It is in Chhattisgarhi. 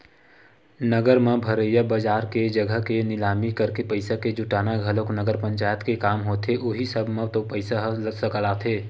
नगर म भरइया बजार के जघा के निलामी करके पइसा के जुटाना घलोक नगर पंचायत के काम होथे उहीं सब म तो पइसा ह सकलाथे